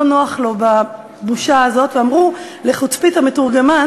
לא נוח לו בבושה הזאת ואמרו לחוצפית המתורגמן,